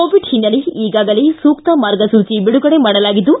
Covid ಹಿನ್ನೆಲೆ ಈಗಾಗಲೇ ಸೂಕ್ತ ಮಾರ್ಗಸೂಚಿ ಬಿಡುಗಡೆ ಮಾಡಲಾಗಿದ್ದು